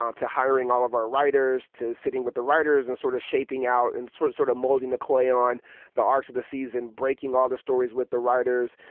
um to hiring all of our writers, to sitting with the writers and sort of shaping out and sort sort of molding the clay on the arcs of the season. breaking all the stories with the writers.